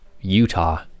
Utah